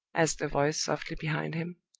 asked a voice, softly, behind him.